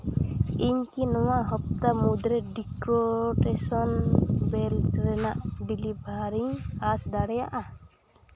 ᱤᱧ ᱠᱤ ᱱᱚᱣᱟ ᱦᱟᱯᱛᱟ ᱢᱩᱪᱟᱹᱫᱽ ᱨᱮ ᱰᱮᱠᱳᱨᱮᱥᱮᱱ ᱨᱮᱱᱟᱜ ᱰᱤᱞᱤᱵᱷᱟᱨ ᱤᱧ ᱟᱸᱥ ᱫᱟᱲᱮᱭᱟᱜᱼᱟ